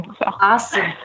Awesome